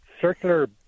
circular